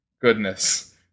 Goodness